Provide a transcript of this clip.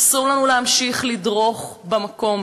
אסור לנו להמשיך לדרוך במקום.